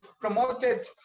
promoted